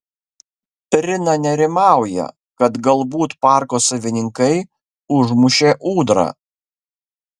rina nerimauja kad galbūt parko savininkai užmušė ūdrą